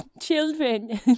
Children